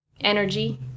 energy